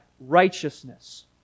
righteousness